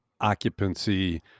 occupancy